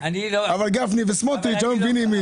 אבל גפני וסמוטריץ היו מבינים.